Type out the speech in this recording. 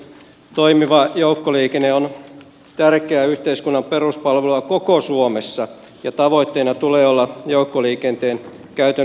toimiva joukkoliikenne on tärkeä yhteiskunnan peruspalvelu koko suomessa ja tavoitteena tulee olla joukkoliikenteen käytön lisääminen